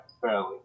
fairly